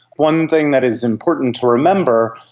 one thing that is important to remember,